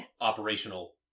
operational